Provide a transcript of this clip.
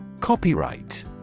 Copyright